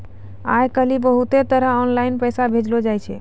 आय काइल बहुते तरह आनलाईन पैसा भेजलो जाय छै